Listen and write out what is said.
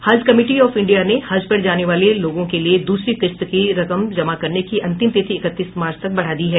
हज committee of India ने हज पर जाने वाले लोगों के लिए दूसरी किस्त की रकम जमा करने की अंतिम तिथि इकतीस मार्च तक बढ़ा दी है